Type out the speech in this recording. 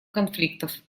конфликтов